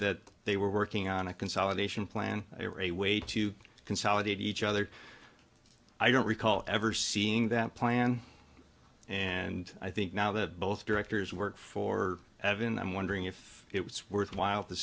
that they were working on a consolidation plan or a way to consolidate each other i don't recall ever seeing that plan and i think now that both directors work for evan i'm wondering if it was worthwhile